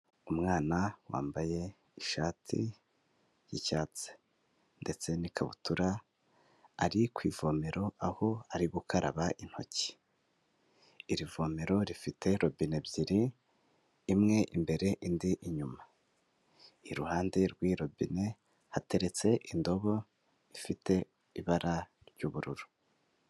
Umwana wambaye ishati y'icyatsi. Ndetse n'ikabutura, ari ku ivomero, aho ari gukaraba intoki. Iri vomero rifite robine ebyiri: imwe imbere, indi inyuma. Iruhande rw'iyi robine hateretse indobo ifite ibara ry'ubururu.